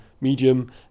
medium